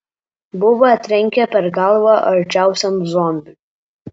buba trenkė per galvą arčiausiam zombiui